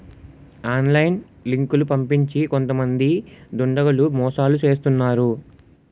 online లింకులు పంపించి కొంతమంది దుండగులు మోసాలు చేస్తున్నారు